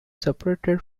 separated